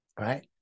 right